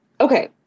Okay